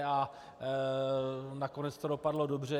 A nakonec to dopadlo dobře.